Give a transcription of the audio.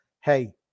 hey